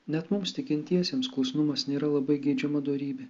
net mums tikintiesiems klusnumas nėra labai geidžiama dorybė